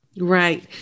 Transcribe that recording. Right